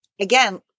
again